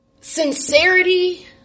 sincerity